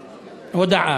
הודעה,